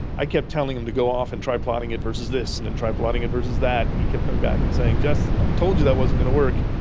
i kept telling him to go off and try plotting it versus this and then try plotting it versus that, and he kept coming back and saying, jess, i told you that wasn't going to work.